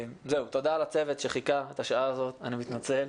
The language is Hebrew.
תודה לצוות שחיכה עד עתה ואני מתנצל.